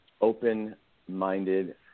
open-minded